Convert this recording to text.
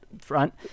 front